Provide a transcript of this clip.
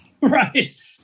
Right